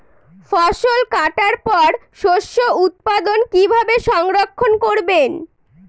ফসল কাটার পর শস্য উৎপাদন কিভাবে সংরক্ষণ করবেন?